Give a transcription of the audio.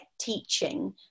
teaching